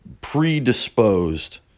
predisposed